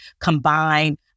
combine